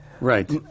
right